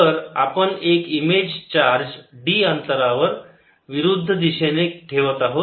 तर आपण एक इमेज चार्ज d अंतरावर विरुद्ध दिशेने ठेवत आहोत